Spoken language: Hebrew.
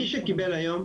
מי שקיבל היום,